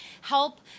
help